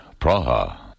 Praha